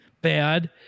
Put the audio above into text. bad